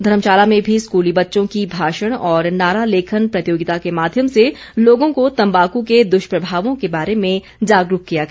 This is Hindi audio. धर्मशाला में भी स्कूली बच्चों की भाषण और नारा लेखन प्रतियोगिता के माध्यम से लोगों को तंबाकू के दुष्प्रभावों के बारे में जागरूक किया गया